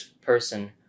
person